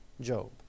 Job